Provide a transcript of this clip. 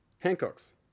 Hancock's